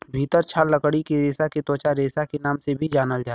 भितर छाल लकड़ी के रेसा के त्वचा रेसा के नाम से भी जानल जाला